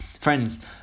Friends